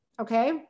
Okay